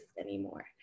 anymore